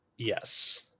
yes